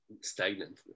stagnant